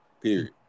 Period